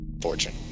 fortune